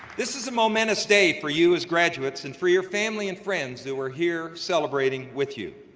this is a momentous day for you as graduates and for your family and friends who are here celebrating with you.